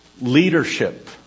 leadership